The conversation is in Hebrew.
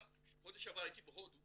גם חודש שעבר הייתי בהודו.